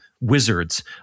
wizards